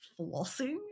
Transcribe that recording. flossing